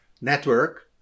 network